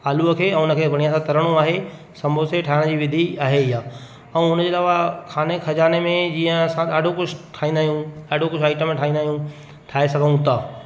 आलूअ खे ऐं इन खे बढ़ियां सां तरणो आहे संबोसे ठाहिण जी विधि आहे इहा ऐं हुन जे अलावा खाने खज़ाने में जीअं असां ॾाढो कुझु ठाहींदा आहियूं ॾाढो कुझु आईटम ठाहींदा आहियूं ठाहे सघूं था